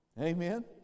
Amen